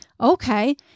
okay